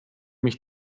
mich